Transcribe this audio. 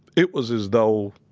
it was as though